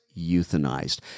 euthanized